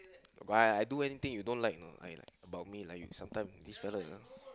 got I I do anything you don't like or not I like about me lah you sometime this fella ah